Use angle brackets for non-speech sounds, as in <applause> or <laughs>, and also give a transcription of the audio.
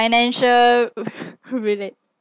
financial <laughs> relate